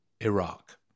Iraq